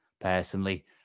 personally